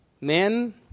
Men